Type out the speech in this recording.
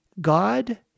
God